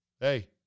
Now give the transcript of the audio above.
Hey